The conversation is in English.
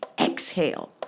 exhale